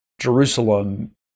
Jerusalem